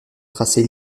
tracé